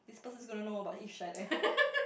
this person's gonna know about Irshad eh